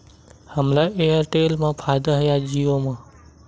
हमला एयरटेल मा फ़ायदा हे या जिओ मा?